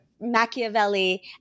Machiavelli